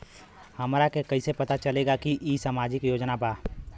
हमरा के कइसे पता चलेगा की इ सामाजिक योजना बा?